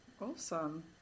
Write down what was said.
Awesome